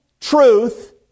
truth